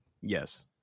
Yes